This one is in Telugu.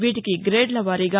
వీటికి గ్రేడ్ల వారీగా